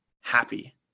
happy